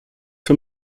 für